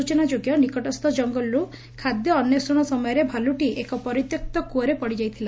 ସୂଚନାଯୋଗ୍ୟ ନିକଟସ୍ଥ ଜଙ୍ଗଲରୁ ଖାଦ୍ୟ ଅନ୍ୱେଷଣ ସମୟରେ ଭାଲୁଟି ଏକ ପରିତ୍ୟକ୍ତ କୁଅରେ ପଡ଼ିଯାଇଥିଲା